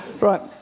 Right